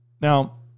Now